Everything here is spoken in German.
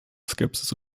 skepsis